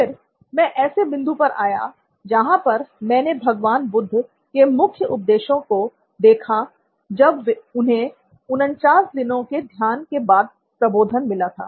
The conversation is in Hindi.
फिर मैं ऐसे बिंदु पर आया जहां पर मैंने भगवान बुद्ध के मुख्य उपदेशों को देखा जब उन्हें 49 दिनों के ध्यान के बाद प्रबोधन मिला था